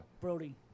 Brody